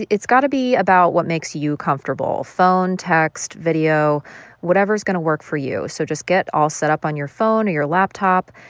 it's got to be about what makes you comfortable phone, text, video whatever is going to work for you. so just get all set up on your phone or your laptop.